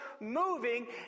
moving